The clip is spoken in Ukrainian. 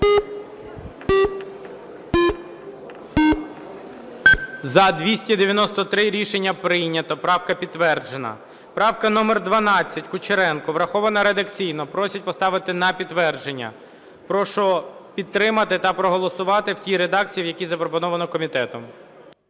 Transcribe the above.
За-293 Рішення прийнято. Правка підтверджена. Правка номер 12, Кучеренко. Врахована редакційно. Просять поставити на підтвердження. Прошу підтримати та проголосувати в тій редакції, в якій запропоновано комітетом.